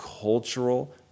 cultural